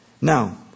Now